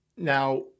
Now